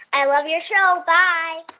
i love your show. bye